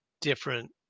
different